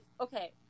okay